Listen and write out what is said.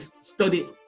study